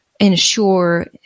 ensure